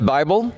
Bible